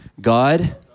God